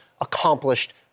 accomplished